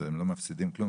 הם לא מפסידים כלום,